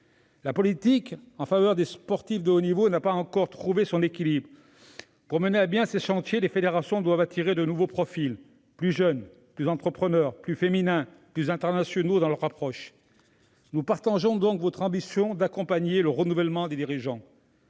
La politique en faveur des sportifs de haut niveau n'a pas encore trouvé son équilibre. Pour mener à bien ces chantiers, les fédérations doivent attirer de nouveaux profils, plus jeunes, plus entrepreneurs, plus féminins, plus internationaux dans leur approche. Nous partageons donc votre ambition d'accompagner le renouvellement des dirigeants,